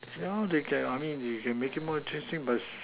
yeah lor they can I mean you can make it more interesting but